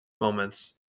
moments